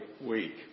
week